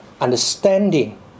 Understanding